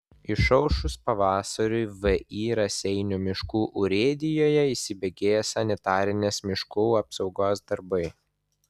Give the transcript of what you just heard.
išaušus pavasariui vį raseinių miškų urėdijoje įsibėgėja sanitarinės miškų apsaugos darbai